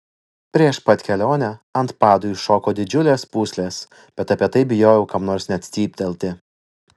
prieš pat kelionę ant padų iššoko didžiulės pūslės bet apie tai bijojau kam nors net cyptelti